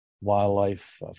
Wildlife